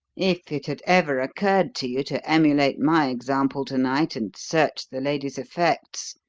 if it had ever occurred to you to emulate my example to-night and search the lady's effects,